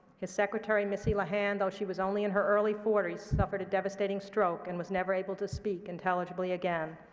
his secretary, missy lehand, though she was only in her early forty s, suffered a devastating stroke, and was never able to speak intelligibly again.